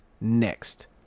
next